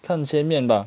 看前面吧